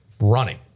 running